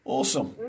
Awesome